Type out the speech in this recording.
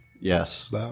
Yes